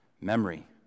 memory